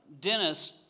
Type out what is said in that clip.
Dennis